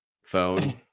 phone